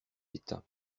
état